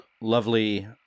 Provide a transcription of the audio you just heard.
lovely